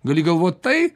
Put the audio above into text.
gali galvot tai